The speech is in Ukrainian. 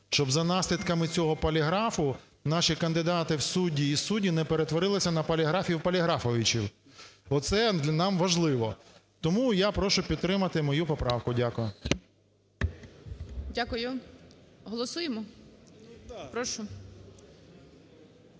щоб за наслідками цього поліграфу наші кандидати в судді і судді не перетворилися на "поліграфів поліграфовичів", оце нам важливо. Тому я прошу підтримати мою поправку. Дякую. Веде засідання